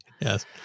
yes